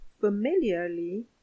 familiarly